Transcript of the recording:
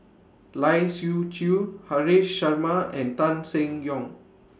Lai Siu Chiu Haresh Sharma and Tan Seng Yong